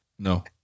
No